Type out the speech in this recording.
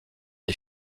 les